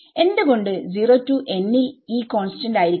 എന്ത്കൊണ്ട് 0 to n ൽ E constant ആയിരിക്കണം